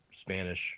spanish